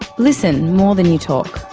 ah listen more than you talk.